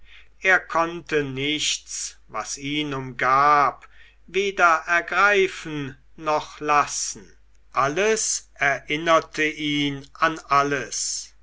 er konnte nichts was ihn umgab weder ergreifen noch lassen alles erinnerte ihn an alles